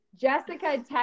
Jessica